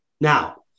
now